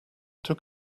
took